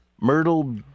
Myrtle